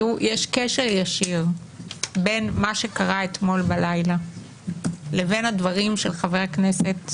יש קשר ישיר בין מה שקרה אתמול בלילה לדברים של חבר הכנסת